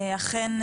אכן,